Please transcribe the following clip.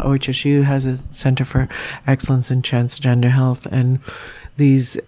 ohsu has a center for excellence in transgender health. and these